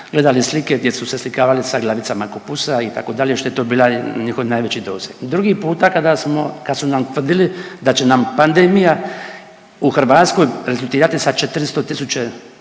gledali slike gdje su se naslikavali sa glavicama kupusa itd. što je to bio njihov najveći doseg. Drugi puta kada su nam tvrdili da će nam pandemija u Hrvatskoj rezultirati sa 400 000